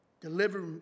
Deliver